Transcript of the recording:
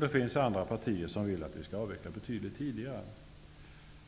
Det finns andra partier som vill att vi skall avveckla betydligt tidigare.